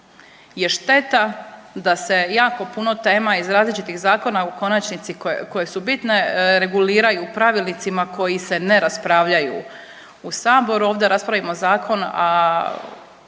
je šteta da se jako puno tema iz različitih zakona u konačnici koje, koje su bitne reguliraju pravilnicima koji se ne raspravljaju u saboru. Ovdje raspravimo zakon,